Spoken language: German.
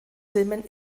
filmen